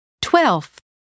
Twelfth